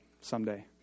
someday